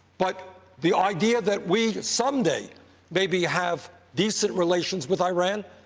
but the idea that we some day maybe have decent relations with iran,